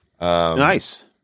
Nice